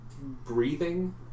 Breathing